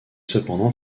cependant